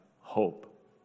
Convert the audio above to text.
hope